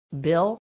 Bill